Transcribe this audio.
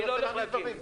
אני לא הולך להקים.